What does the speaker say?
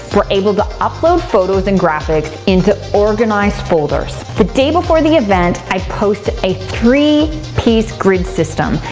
we're able to upload photos and graphics into organized folders. the day before the event, i post a three piece grid system,